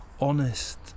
honest